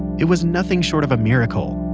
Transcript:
it was nothing short of a miracle.